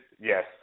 yes